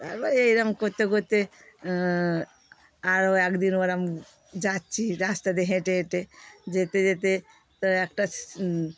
তারপর এইরম করতে করতে আরও একদিন ওরম যাচ্ছি রাস্তাতে হেঁটে হেঁটে যেতে যেতে তো একটা